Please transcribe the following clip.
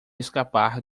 escapar